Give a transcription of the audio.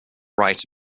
right